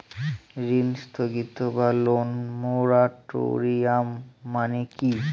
ঋণ স্থগিত বা লোন মোরাটোরিয়াম মানে কি?